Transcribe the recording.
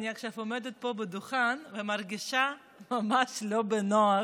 אני עכשיו עומדת פה על הדוכן ומרגישה ממש לא בנוח.